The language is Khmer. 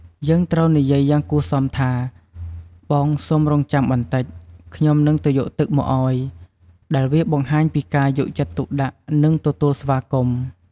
យើងត្រូវនិយាយយ៉ាងគួរសមថា បងសូមរង់ចាំបន្តិច ខ្ញុំនឹងទៅយកទឹកមកឲ្យ ដែលវាបង្ហាញពីការយកចិត្តទុកដាក់ និងទទួលស្វាគមន៍។